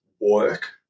work